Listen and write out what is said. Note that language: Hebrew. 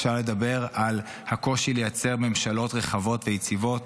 אפשר לדבר על הקושי לייצר ממשלות רחבות ויציבות,